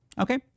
Okay